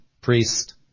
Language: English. priest